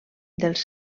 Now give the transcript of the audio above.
dels